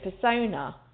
persona